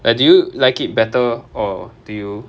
like do you like it better or do you